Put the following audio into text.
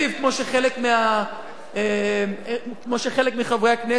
כמו שחלק מחברי הכנסת,